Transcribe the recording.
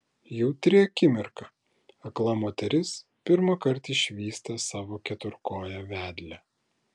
jautri akimirka akla moteris pirmąkart išvysta savo keturkoję vedlę